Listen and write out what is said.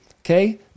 okay